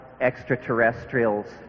extraterrestrials